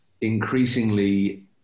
increasingly